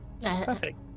Perfect